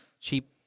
cheap